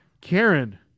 Karen